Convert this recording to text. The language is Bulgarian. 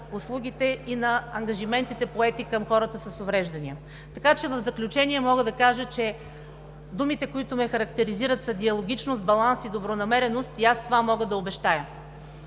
и на ангажиментите, поети към хората с увреждания. Така че в заключение мога да кажа, че думите, които ме характеризират, са: диалогичност, баланс и добронамереност и аз това мога да обещая.